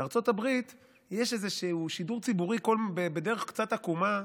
בארצות הברית יש איזשהו שידור ציבורי בדרך קצת עקומה,